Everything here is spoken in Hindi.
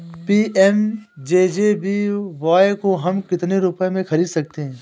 पी.एम.जे.जे.बी.वाय को हम कितने रुपयों में खरीद सकते हैं?